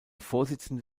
vorsitzende